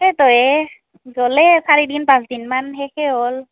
সেইটোয়ে জ্বলে চাৰি দিন পাঁচ দিনমান শেষে হ'ল